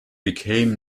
became